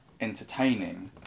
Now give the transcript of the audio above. entertaining